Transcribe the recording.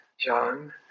John